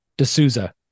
D'Souza